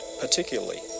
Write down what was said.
particularly